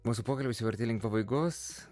mūsų pokalbis jau artėja link pabaigos